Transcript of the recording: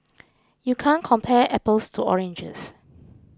you can't compare apples to oranges